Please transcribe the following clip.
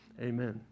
Amen